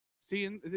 See